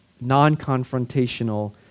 non-confrontational